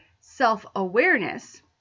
self-awareness